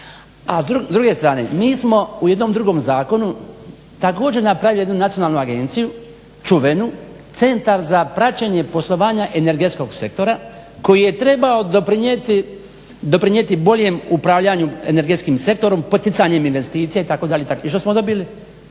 S druge strane, mi smo u jednom drugom zakonu također napravili jednu nacionalnu agenciju čuvenu, Centar za praćenje poslovanja energetskog sektora koji je trebao doprinijeti boljem upravljanju energetskim sektorom, poticanjem investicija itd. I što smo dobili,